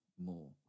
more